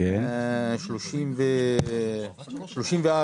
את מספר 34